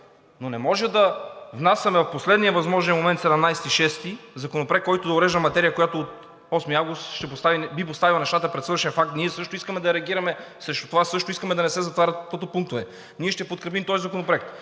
но не може да внасяме в последния възможен момент – 17 юни, Законопроект, който урежда материя, която от 8 август би поставила нещата пред свършен факт. Ние също искаме да реагираме срещу това. Също искаме да не се затварят тотопунктове. Ние ще подкрепим този законопроект,